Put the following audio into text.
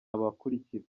abakurikira